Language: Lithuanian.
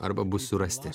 arba bus surasti